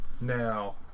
Now